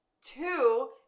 two